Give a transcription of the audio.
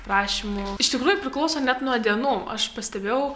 prašymų iš tikrųjų priklauso net nuo dienų aš pastebėjau